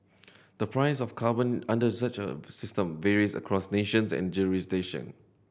the price of carbon under such a system varies across nations and jurisdiction